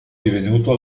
divenuto